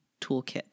toolkit